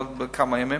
בעוד כמה ימים,